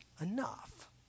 enough